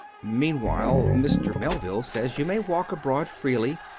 mean while, mr. melville says you may walk abroad freely.